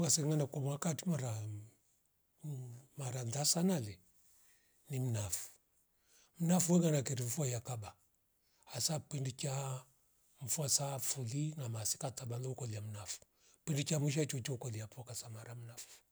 Wasenga kunwa kati mara mhh, mhh mara njaza sanale ni mnafu mnafu huwaga karevufo yakaba hasa pwindi cha mfua sa fuli na masika taba lokolia mnafu pwiri cha mwisho yai chocho kolia poka zamara mnafu